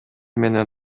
менен